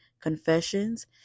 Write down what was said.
confessions